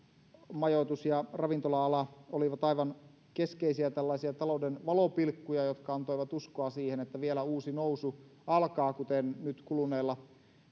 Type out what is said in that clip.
majoitus ja ravintola ala olivat aivan keskeisiä tällaisia talouden valopilkkuja jotka antoivat uskoa siihen että vielä uusi nousu alkaa kuten nyt kuluneella